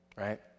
right